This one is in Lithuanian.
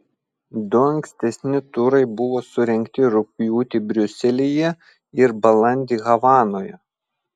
du ankstesni turai buvo surengti rugpjūtį briuselyje ir balandį havanoje